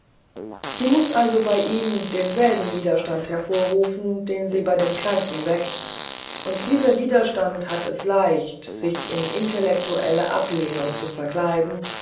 sie muß also bei ihm denselben widerstand hervorrufen den sie bei den kranken weckt und dieser widerstand hat es leicht sich in intellektuelle ablehnung zu verkleiden